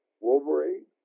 Wolverine